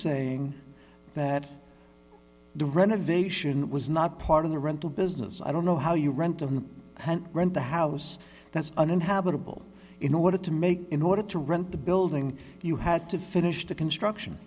saying that the renovation was not part of the rental business i don't know how you rent on the rent the house that's uninhabitable you know what to make in order to rent the building you had to finish the construction